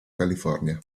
california